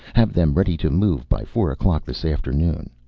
have them ready to move by four o'clock this afternoon.